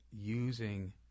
using